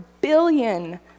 billion